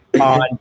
on